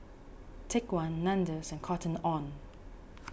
Take one Nandos and Cotton on